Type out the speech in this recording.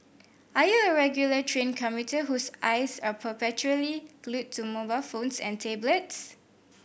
are you a regular train commuter whose eyes are perpetually glued to mobile phones and tablets